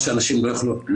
לתכנון.